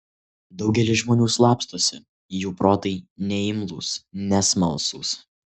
daugelis žmonių slapstosi jų protai neimlūs nesmalsūs